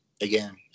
again